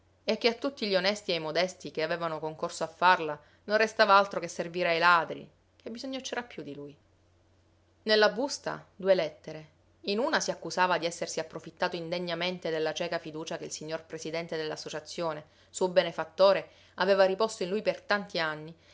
e che a tutti gli onesti e i modesti che avevano concorso a farla non restava altro che servire ai ladri che bisogno c'era più di lui nella busta due lettere in una si accusava di essersi approfittato indegnamente della cieca fiducia che il signor presidente dell'associazione suo benefattore aveva riposto in lui per tanti anni